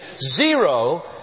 Zero